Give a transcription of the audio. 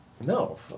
No